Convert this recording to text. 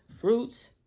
fruits